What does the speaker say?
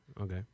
okay